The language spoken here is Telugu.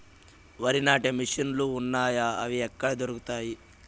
వరి నాటే మిషన్ ను లు వున్నాయా? అవి ఎక్కడ దొరుకుతాయి?